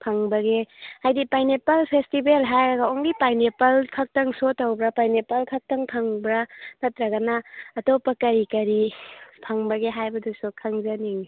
ꯐꯪꯕꯒꯦ ꯍꯥꯏꯗꯤ pineapple festival ꯍꯥꯏꯔꯒ ꯑꯣꯡꯂꯤ ꯄꯥꯏꯅꯦꯄꯜ ꯈꯛꯇꯪ ꯁꯣ ꯇꯧꯕ꯭ꯔ ꯄꯥꯏꯅꯦꯄꯜ ꯈꯛꯇꯪ ꯐꯪꯕ꯭ꯔꯥ ꯅꯠꯇ꯭ꯔꯒꯅ ꯑꯇꯣꯞꯄ ꯀꯔꯤ ꯀꯔꯤ ꯐꯪꯕꯒꯦ ꯍꯥꯏꯕꯗꯨꯁꯨ ꯈꯪꯖꯅꯤꯡꯏ